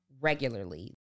regularly